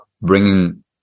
bringing